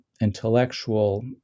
intellectual